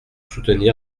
soutenir